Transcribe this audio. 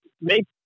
make